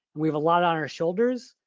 we've a lot on our shoulders.